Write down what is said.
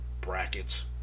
brackets